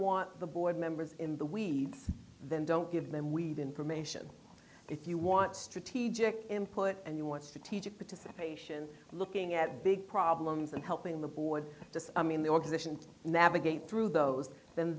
want the board members in the we then don't give them we've information if you want strategic him put and you want to teach it participation looking at big problems and helping the board just i mean the organization navigate through those then